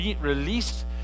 released